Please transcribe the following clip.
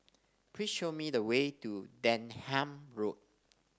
please show me the way to Denham Road